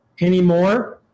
anymore